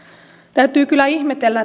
täytyy kyllä ihmetellä